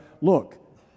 Look